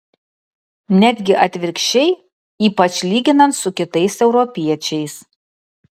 netgi atvirkščiai ypač lyginant su kitais europiečiais